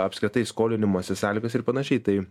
apskritai skolinimosi sąlygos ir panašiai tai